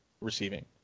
receiving